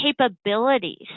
capabilities